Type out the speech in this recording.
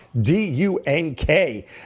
D-U-N-K